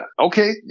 okay